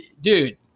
dude